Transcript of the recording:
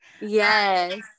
yes